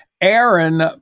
Aaron